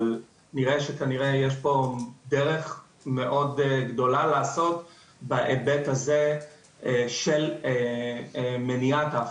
אבל נראה שכנראה יש פה דרך מאוד גדולה לעשות בהיבט הזה של מניעת ההפצה.